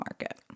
market